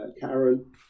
Karen